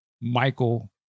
Michael